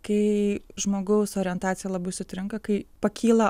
kai žmogaus orientacija labai sutrinka kai pakyla